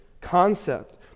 concept